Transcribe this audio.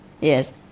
Yes